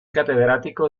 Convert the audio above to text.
catedrático